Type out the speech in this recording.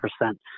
percent